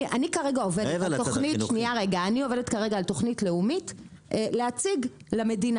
אני כרגע עובדת על תוכנית לאומית להציג למדינה,